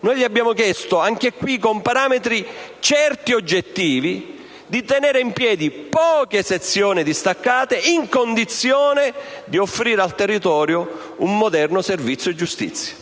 Noi le abbiamo chiesto, anche qui con parametri certi e oggettivi, di tenere in piedi poche sezioni distaccate, in condizione di offrire al territorio un moderno servizio della giustizia: